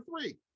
three